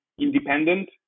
independent